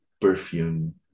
perfume